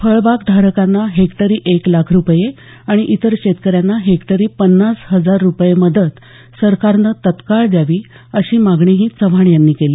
फळबागधारकांना हेक्टरी एक लाख रुपये आणि इतर शेतकऱ्यांना हेक्टरी पन्नास हजार रुपये मदत सरकारनं तत्काळ द्यावी अशी मागणीही चव्हाण यांनी केली